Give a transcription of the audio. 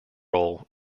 role